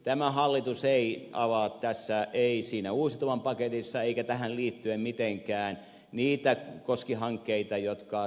tämä hallitus ei avaa tässä ei siinä uusiutuvan paketissa eikä tähän liittyen mitenkään niitä koskihankkeita joita ed